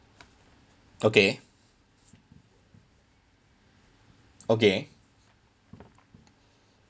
okay okay